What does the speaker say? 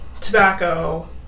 tobacco